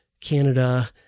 Canada